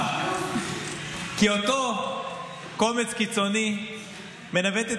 כי אותו קומץ קיצוני מנווט את